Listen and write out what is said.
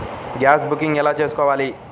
Gas booking ఎలా చేసుకోవాలి?